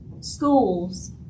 schools